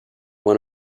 one